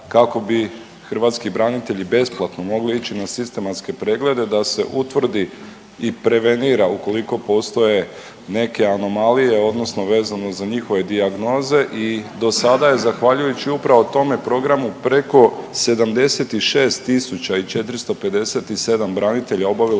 kako bi hrvatski branitelji besplatno mogli ići na sistematske preglede da se utvrdi i prevenira ukoliko postoje neke anomalije, odnosno vezano za njihove dijagnoze. I do sada je zahvaljujući upravo tome programu preko 76 457 branitelja obavilo